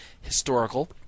historical